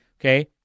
okay